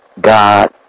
God